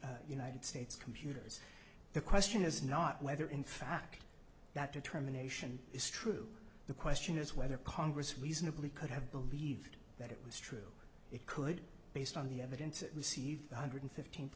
the united states computers the question is not whether in fact that determination is true the question is whether congress reasonably could have believed that it was true it could based on the evidence it received one hundred fifteenth